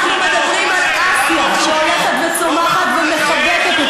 אנחנו מדברים על הרחבת אופקים מדיניים חדשים,